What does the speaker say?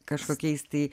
kažkokiais tai